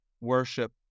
worship